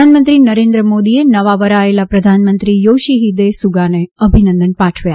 પ્રધાનમંત્રી નરેન્દ્ર મોદીએ નવા વરાયેલા પ્રધાનમંત્રી યોશીફીદે સુગાને અભિનંદન પાઠવ્યા